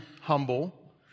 humble